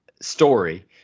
story